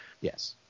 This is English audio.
Yes